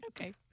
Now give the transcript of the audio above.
Okay